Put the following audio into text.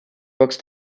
boxe